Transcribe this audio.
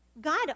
God